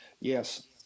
Yes